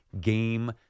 game